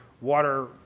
water